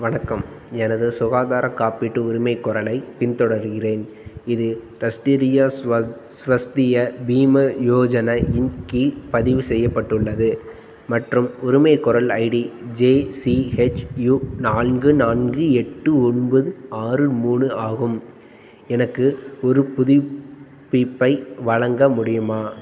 வணக்கம் எனது சுகாதார காப்பீட்டு உரிமைகோரலைப் பின்தொடர்கிறேன் இது ராஷ்டிரிய ஸ்வஸ் ஸ்வஸ்திய பீமா யோஜனா இன் கீழ் பதிவு செய்யப்பட்டுள்ளது மற்றும் உரிமைகோரல் ஐடி ஜேசிஹெச்யு நான்கு நான்கு எட்டு ஒன்பது ஆறு மூணு ஆகும் எனக்கு ஒரு புதுப்பிப்பை வழங்க முடியுமா